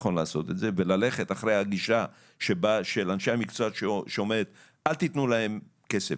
וללכת אחרי הגישה של אנשי המקצוע שאומרת אל תתנו להם כסף,